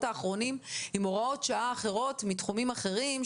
האחרונים עם הוראות שעה אחרות מתחומים אחרים,